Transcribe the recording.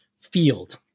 field